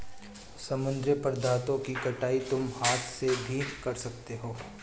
समुद्री पदार्थों की कटाई तुम हाथ से भी कर सकते हो